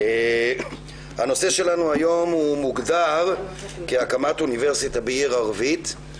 הנושא שלנו היום מוגדר כהקמת אוניברסיטה בעיר ערבית,